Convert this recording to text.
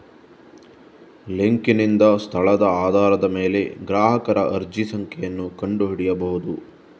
ಲಿಂಕಿನಿಂದ ಸ್ಥಳದ ಆಧಾರದ ಮೇಲೆ ಗ್ರಾಹಕರ ಅರ್ಜಿ ಸಂಖ್ಯೆಯನ್ನು ಕಂಡು ಹಿಡಿಯಬಹುದು